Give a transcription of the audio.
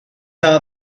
are